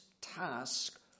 task